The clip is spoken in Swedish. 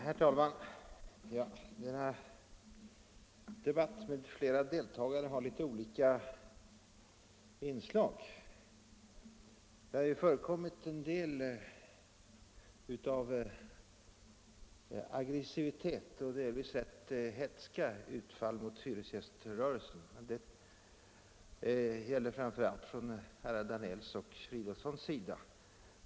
Herr talman! Denna debatt, med flera deltagare, har litet olika inslag. Det har förekommit en viss aggressivitet och delvis rätt hätska utfall mot hyresgäströrelsen, framför allt från herrar Danells och Fridolfssons sida.